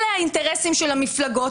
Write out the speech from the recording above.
אלה האינטרסים של המפלגות,